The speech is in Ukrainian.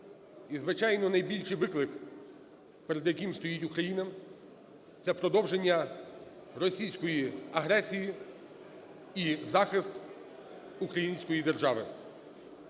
І, звичайно, найбільший виклик, перед яким стоїть Україна, - це продовження російської агресії і захист української держави.